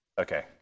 Okay